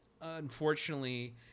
unfortunately